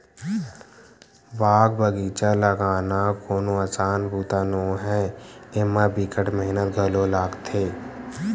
बाग बगिचा लगाना कोनो असान बूता नो हय, एमा बिकट मेहनत घलो लागथे